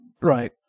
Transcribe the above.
right